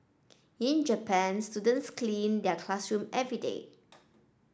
in Japan students clean their classroom every day